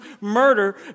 murder